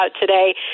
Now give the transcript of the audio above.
Today